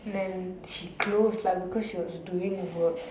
then she close lah because she was doing work